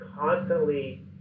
constantly